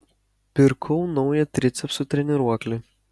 pirkau naują tricepsų treniruoklį